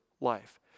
life